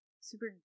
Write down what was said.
super